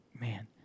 Man